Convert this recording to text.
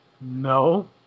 No